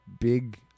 big